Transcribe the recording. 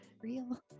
real